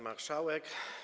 Marszałek!